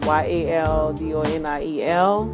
y-a-l-d-o-n-i-e-l